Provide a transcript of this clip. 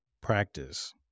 practice